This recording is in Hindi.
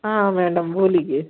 हाँ मैडम बोलिए